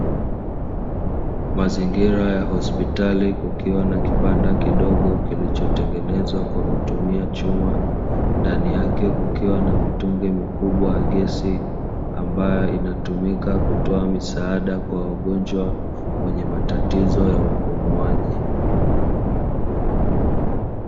Mazingira ya hospitali kukiwa na kibanda kidogo kilichotengenezwa kwa kutumia chuma, ndani yake kukiwa na mitungi mikubwa ya gesi ambayo inatumika kutoa misaada kwa wagonjwa wenye matatizo ya upumuaji.